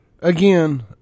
Again